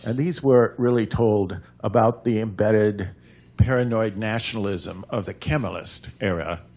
and these were really told about the embedded paranoid nationalism of the kemalist era.